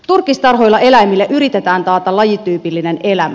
turkistarhoilla eläimille yritetään taata lajityypillinen elämä